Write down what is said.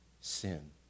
sin